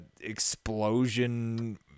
explosion